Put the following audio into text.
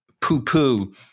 poo-poo